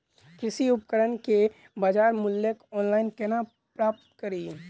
कृषि उपकरण केँ बजार मूल्य ऑनलाइन केना प्राप्त कड़ी?